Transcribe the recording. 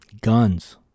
guns